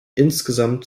insgesamt